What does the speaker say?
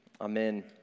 Amen